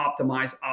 optimize